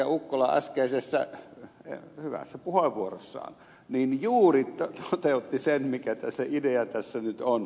ukkola äskeisessä hyvässä puheenvuorossaan juuri toteutti sen mikä se idea tässä nyt on